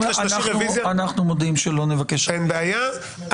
אנחנו מודיעים שלא נבקש רוויזיה.